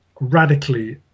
radically